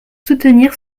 soutenir